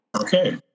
Okay